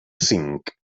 cinc